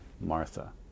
Martha